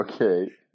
Okay